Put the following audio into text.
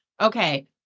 Okay